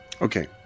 Okay